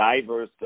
diverse